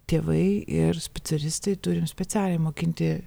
tėvai ir specialistai turim specialiai mokinti